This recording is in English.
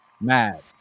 Mad